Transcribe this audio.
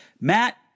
Matt